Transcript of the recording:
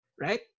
right